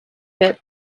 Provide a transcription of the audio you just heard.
bit